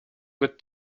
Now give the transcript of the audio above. good